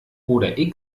oder